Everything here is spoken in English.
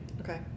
Okay